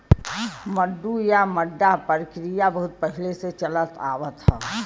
मड्डू या मड्डा परकिरिया बहुत पहिले से चलल आवत ह